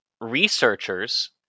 Researchers